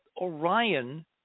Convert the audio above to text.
Orion